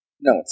No